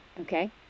Okay